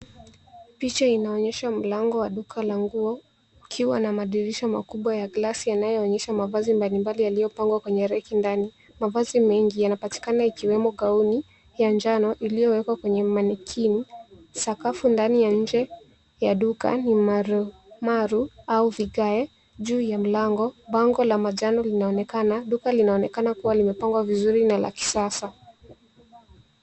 Picha inaonyesha mlango wa duka la nguo, ukiwa na madirisha makubwa ya gilasi yanayoonyesa mavazi mbalimbali yaliyopangwa kwenye rack ndani. Mavazi mengi yanapatikana ikiwemo gauni ya njano iliyowekwa kwenye mannequin , sakafu ndani ya nje ya duka ni marumaru au vigae. Juu ya mlango, Bango la manjano linaonekana. Duka linaonekana kuwa limepangwa vizuri na la kisasa.